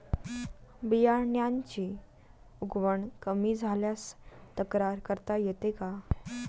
बियाण्यांची उगवण कमी झाल्यास तक्रार करता येते का?